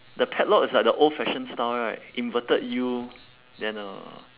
the padlock is like the old fashioned style right inverted U then a